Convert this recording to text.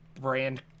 brand